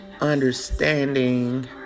understanding